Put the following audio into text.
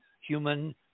human